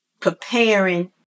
preparing